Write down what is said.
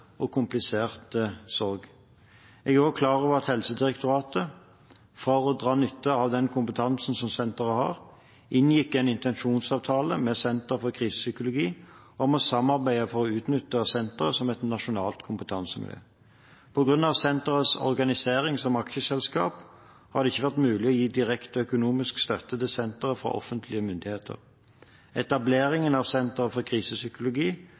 og komplisert sorg. Jeg er også klar over at Helsedirektoratet, for å dra nytte av den kompetansen som senteret har, inngikk en intensjonsavtale med Senter for Krisepsykologi om å samarbeide for å utnytte senteret som et nasjonalt kompetansemiljø. På grunn av senterets organisering som aksjeselskap har det ikke vært mulig å gi direkte økonomisk støtte til senteret fra offentlige myndigheter. Etableringen av Senter for Krisepsykologi